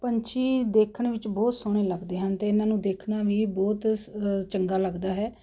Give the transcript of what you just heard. ਪੰਛੀ ਦੇਖਣ ਵਿੱਚ ਬਹੁਤ ਸੋਹਣੇ ਲੱਗਦੇ ਹਨ ਅਤੇ ਇਹਨਾਂ ਨੂੰ ਦੇਖਣਾ ਵੀ ਬਹੁਤ ਚੰਗਾ ਲੱਗਦਾ ਹੈ